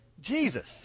Jesus